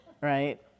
right